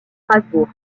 strasbourg